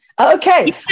okay